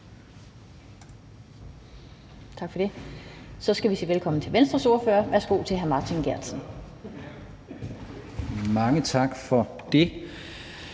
Tak for det. Så skal vi sige velkommen til Venstres ordfører. Værsgo til hr. Martin Geertsen. Kl.